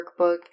workbook